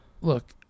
look